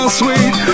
sweet